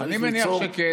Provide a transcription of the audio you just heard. צריך ליצור, אני מניח שכן.